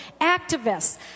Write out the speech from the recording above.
Activists